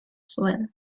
zuen